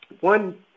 one